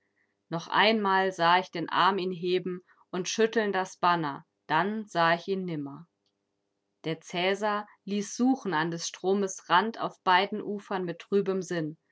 noch einmal sah ich den arm ihn heben und schütteln das banner dann sah ich ihn nimmer der cäsar ließ suchen an des stromes rand auf beiden ufern mit trübem sinn